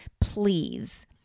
Please